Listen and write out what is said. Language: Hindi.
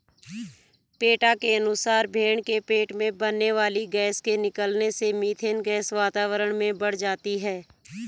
पेटा के अनुसार भेंड़ के पेट में बनने वाली गैस के निकलने से मिथेन गैस वातावरण में बढ़ जाती है